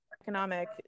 economic